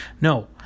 No